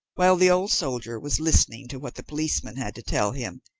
while the old soldier was listening to what the policeman had to tell him,